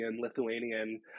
lithuanian